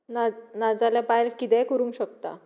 ना नाजाल्यार बायल कितेंय करूंक शकता